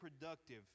productive